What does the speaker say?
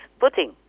Putin